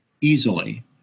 easily